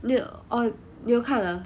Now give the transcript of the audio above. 你有 oh 你有看 ah